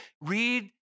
Read